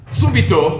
subito